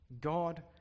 God